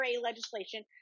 legislation